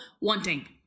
wanting